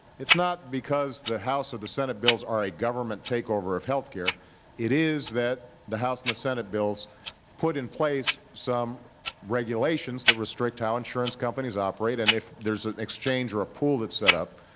it's not because the house or the senate bills are a government takeover of health care it is that the house and the senate bills put in place some regulations that restrict how insurance companies operate, and if there's an exchange or a pool that's set up,